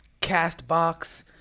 Castbox